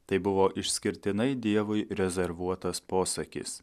tai buvo išskirtinai dievui rezervuotas posakis